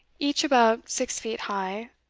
each about six feet high,